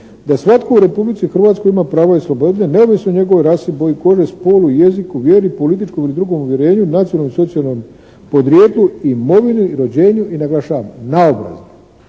da svatko u Republici Hrvatskoj ima pravo i slobodu neovisno o njegovoj rasi, boji kože, spolu, jeziku, vjeri, političkom ili drugom uvjerenju, nacionalnom ili socijalnom podrijetlu, imovini, rođenju i naglašava naobrazbi."